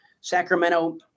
Sacramento